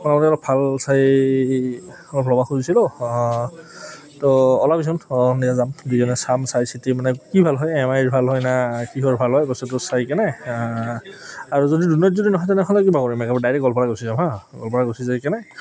অঁ অলপ ভাল চাই অলপ ল'ব খুজিছিলোঁ অ তো ওলাবিচোন অঁ সন্ধিয়া যাম দুইজনে চাম চাই চিতি মানে কি ভাল হয় এম আই ৰ ভাল হয় ন কিহৰ ভাল হয় বস্তটো চাই কেনে আৰু যদি দুধনৈত যদি নহয় তেনেহ'লে কিবা কৰিম ডাইৰেক্ট গোৱালপাৰা গুচি যাম হাঁ গোৱালপাৰা গুচি যায় কেনে